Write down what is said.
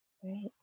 Great